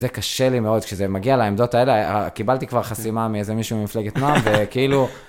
זה קשה לי מאוד, כשזה מגיע לעמדות האלה, קיבלתי כבר חסימה מאיזה מישהו ממפלגת נעם, וכאילו...